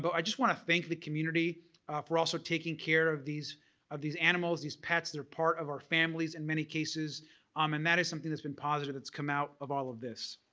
but i just want to thank the community for also taking care of these of these animals, these pets that are part of our families in many cases um and that is something that's been positive that's come out of all of this.